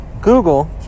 Google